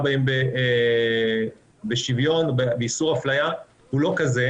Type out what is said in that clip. בהם בשוויון ובאיסור אליה הן לא כאלה.